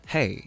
,Hey